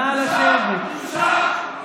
בושה.